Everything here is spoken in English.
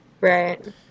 Right